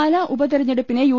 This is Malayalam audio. പാലാ ഉപതെരഞ്ഞെടുപ്പിനെ യു